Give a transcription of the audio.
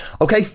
Okay